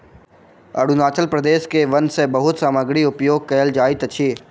अरुणाचल प्रदेश के वन सॅ बहुत सामग्री उपयोग कयल जाइत अछि